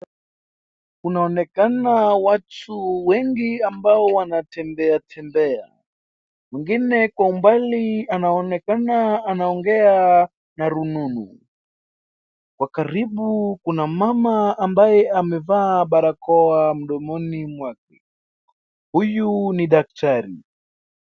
Kunaonekana watu wengi ambao wanatembea tembea. Mwingine kwa umbali anaonekana anaongea na rununu. Kwa karibu kuna mama ambaye amevaa barakoa mdomoni mwake, huyu ni daktari.